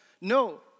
No